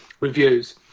reviews